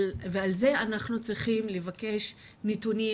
ועל זה אנחנו צריכים לבקש נתונים,